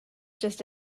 just